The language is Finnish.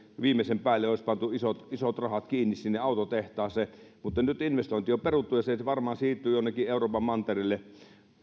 viimeisen päälle olisi pantu isot isot rahat kiinni sinne autotehtaaseen mutta nyt investointi on peruttu ja se nyt varmaan siirtyy jonnekin euroopan mantereelle